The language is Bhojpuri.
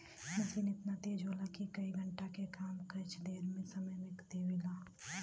मसीन एतना तेज होला कि कई घण्टे के काम कुछ समय मे कर देवला